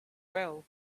well